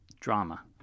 drama